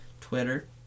Twitter